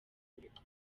uregwa